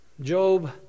Job